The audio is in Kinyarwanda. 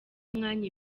umwanya